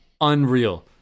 unreal